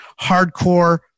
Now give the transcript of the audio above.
Hardcore